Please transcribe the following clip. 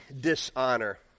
dishonor